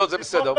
זה בסדר.